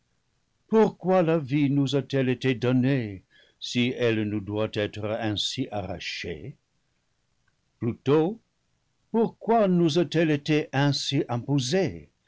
pourquoi la vie nous a-t-elle été donnée si elle nous doit être ainsi arrachée plutôt pourquoi nous a-t-elle été ainsi imposée